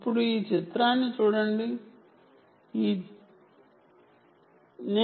ఇప్పుడు ఈ చిత్రాన్ని చూడండి ఈ చిత్రాన్ని చూడండి లేదా ఈ చిత్రాన్ని చూడండి